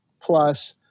plus